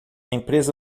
empresa